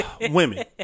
women